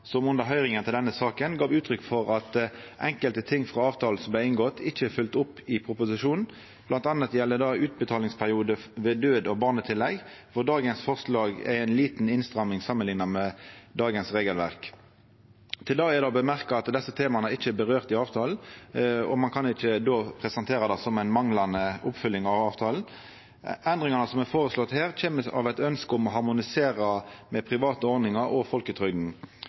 som under høyringane til denne saka gav uttrykk for at enkelte ting i avtalen som vart inngått, ikkje er følgde opp i proposisjonen. Blant anna gjeld det utbetalingsperiode ved død og barnetillegg, der dagens forslag er ei lita innstramming samanlikna med dagens regelverk. Til det er det å seia at desse temaa ikkje er nemnde i avtalen, og ein kan ikkje presentera det som manglande oppfølging av avtalen. Endringane som er føreslått her, kjem av eit ønske om å harmonisera med private ordningar og